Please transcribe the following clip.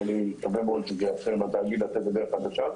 ואני מקווה מאוד שזה יאפשר לתאגיד לצאת לדרך חדשה.